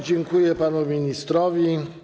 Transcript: Dziękuję panu ministrowi.